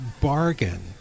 bargain